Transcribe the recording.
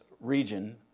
region